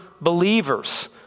believers